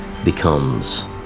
Becomes